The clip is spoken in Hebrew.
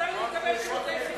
תתביישו לכם.